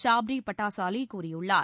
சாப்ரி பட்டாசலி கூறியுள்ளார்